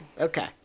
Okay